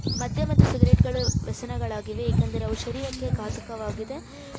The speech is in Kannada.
ಮದ್ಯ ಮತ್ತು ಸಿಗರೇಟ್ಗಳು ವ್ಯಸನಗಳಾಗಿವೆ ಏಕೆಂದರೆ ಅವು ಶರೀರಕ್ಕೆ ಘಾತಕವಾಗಿದೆ